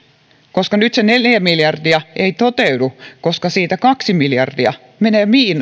nyt se neljä miljardia ei toteudu koska siitä kaksi miljardia menee